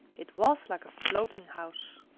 it was like a floating house.